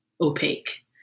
opaque